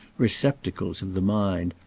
receptacles of the mind,